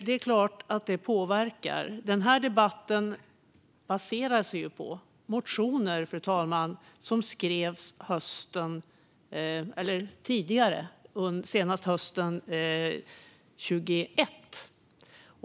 Det är klart att det påverkar. Denna debatt baseras på motioner som skrevs senast hösten 2021.